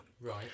Right